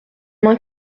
mains